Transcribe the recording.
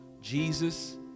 Jesus